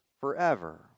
forever